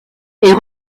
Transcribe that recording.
est